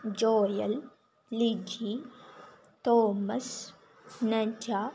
Joel Liji Thomas नजा